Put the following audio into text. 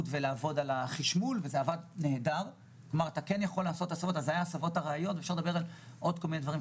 אלא אפשר לעשות את זה על כל דבר,